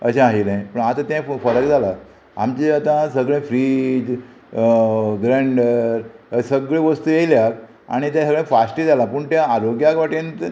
अशें आशिल्लें पूण आतां तें फरक जाला आमचे आतां सगळें फ्रीज ग्रांयडर सगळ्यो वस्तू येयल्यात आणी तें सगळें फास्टय जालां पूण तें आरोग्या वाटेंत